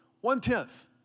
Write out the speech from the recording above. One-tenth